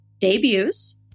debuts